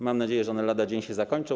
Mam nadzieję, że one lada dzień się zakończą.